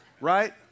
Right